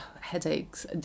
headaches